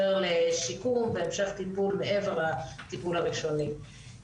על שיקום והמשך טיפול מעבר לטיפול הראשוני.